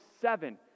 seven